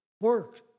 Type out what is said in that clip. work